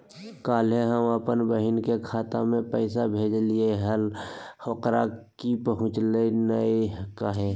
कल्हे हम अपन बहिन के खाता में पैसा भेजलिए हल, ओकरा ही पहुँचलई नई काहे?